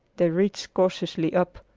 they reached cautiously up,